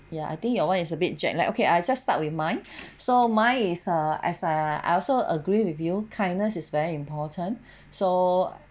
ya I think your one is a bit jet lag okay I just start with mine so mine is err as err I also agree with you kindness is very important so